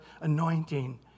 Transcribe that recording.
anointing